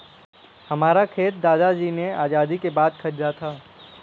हमारा खेत दादाजी ने आजादी के बाद खरीदा था